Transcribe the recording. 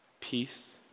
peace